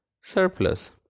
surplus